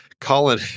Colin